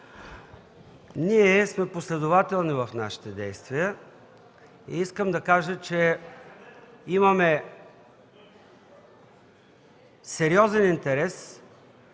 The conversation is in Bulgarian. Ние сме последователни в нашите действия и искам да кажа, че имаме сериозен интерес